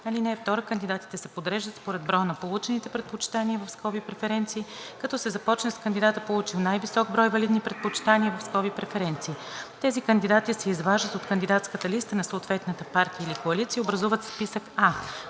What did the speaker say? № 5. (2) Кандидатите се подреждат според броя на получените предпочитания (преференции), като се започне с кандидата, получил най-висок брой валидни предпочитания (преференции). Тези кандидати се изваждат от кандидатската листа на съответната партия или коалиция и образуват списък А.